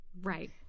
Right